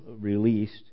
released